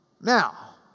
now